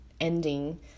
ending